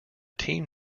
team